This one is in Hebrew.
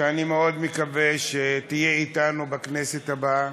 שאני מאוד מקווה שתהיה איתנו בכנסת הבאה,